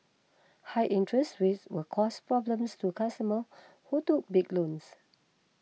high interest rates will cause problems to customers who took big loans